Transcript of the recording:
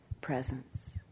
presence